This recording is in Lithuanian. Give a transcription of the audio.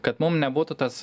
kad mum nebūtų tas